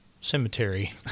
cemetery